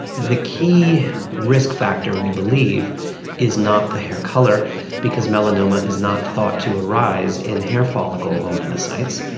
the key risk factor we believe is not the hair colour because melanoma is not thought to arise in hair follicle melanocytes,